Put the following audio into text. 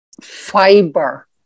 fiber